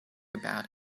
about